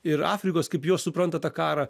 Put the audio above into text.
ir afrikos kaip jos supranta tą karą